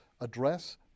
address